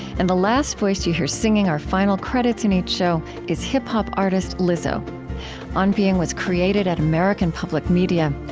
and the last voice that you hear singing our final credits in each show is hip-hop artist lizzo on being was created at american public media.